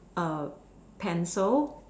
A pencil